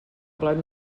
plat